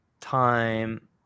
time